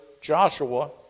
Joshua